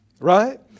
right